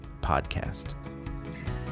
podcast